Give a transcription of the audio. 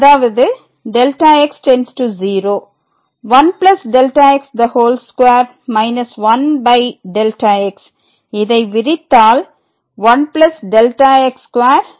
அதாவது Δx→0 1Δx2 1x இதை விரித்தால் 1Δx22Δx வரும்